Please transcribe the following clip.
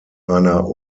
einer